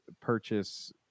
purchase